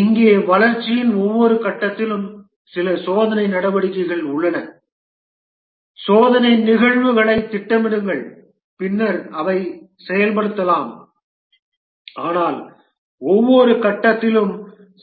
இங்கே வளர்ச்சியின் ஒவ்வொரு கட்டத்திலும் சில சோதனை நடவடிக்கைகள் உள்ளன சோதனை நிகழ்வுகளைத் திட்டமிடுங்கள் பின்னர் அவை செயல்படுத்தப்படலாம் ஆனால் ஒவ்வொரு கட்டத்திலும்